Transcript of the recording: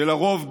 לרוב בראשם,